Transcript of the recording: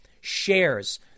Shares